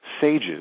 sages